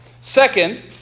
Second